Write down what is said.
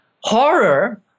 horror